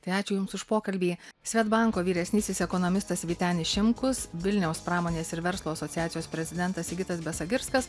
tai ačiū jums už pokalbį svedbanko vyresnysis ekonomistas vytenis šimkus vilniaus pramonės ir verslo asociacijos prezidentas sigitas besagirskas